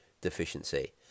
deficiency